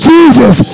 Jesus